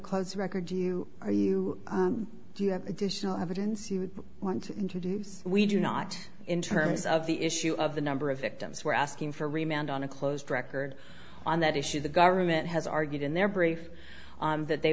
close record you are you do you have additional evidence you want to introduce we do not in terms of the issue of the number of victims we're asking for remained on a closed record on that issue the government has argued in their brief that they